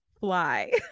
fly